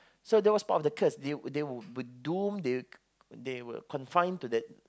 so that was part of the curse they were they were doomed they were they were confined to that